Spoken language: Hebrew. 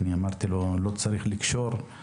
אמרתי לו שלא צריך לקשור לחוק ההסדרים.